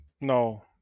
No